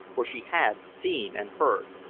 for she had seen and heard.